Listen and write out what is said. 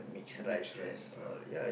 a mixed rice lah